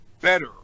better